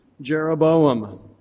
Jeroboam